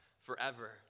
forever